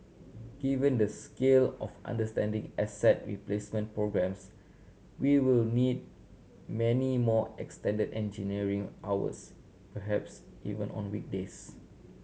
given the scale of outstanding asset replacement programmes we will need many more extended engineering hours perhaps even on weekdays